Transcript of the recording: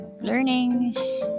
learnings